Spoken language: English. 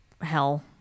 hell